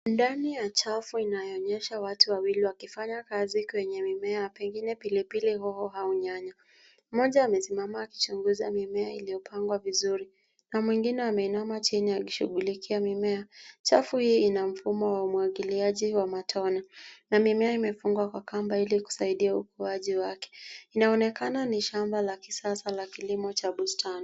Ndani ya chafu inayoonyesha watu wawili wakifanya kazi kwenye mimea, pengine pilipili hoho au nyanya. Moja amesimama akichunguza mimea iliyopangwa vizuri na mwingine ameinama chini akishughulikia mimea. Chafu hii ina mfumo wa umwagiliaji wa matone na mimea imefungwa kwa kamba ilikusaidia ukuaji wake. Inaonekana ni shamba la kisasa la kilimo cha bustani.